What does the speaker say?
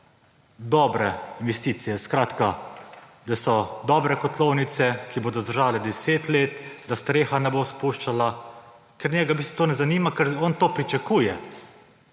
dobre investicije, skratka, da so dobre kotlovnice, ki bodo zdržale deset let, da streha ne bo spuščala, ker njega v bistvu to ne zanima, ker on to pričakuje.